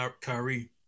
Kyrie